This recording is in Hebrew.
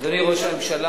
אדוני ראש הממשלה,